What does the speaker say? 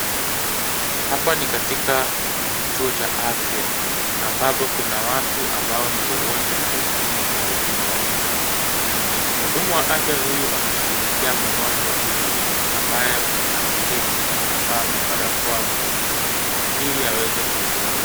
Hapa ni katika kituo cha afya. Ambapo kuna watu ambao ni wagonjwa na wengine ni wahudumu wa afya. Mhudumu wa afya huyu anashughulikia mgonjwa huyu, ambaye ameketi na kuvaa barakoa mdomoni, ili aweze kuhudumiwa.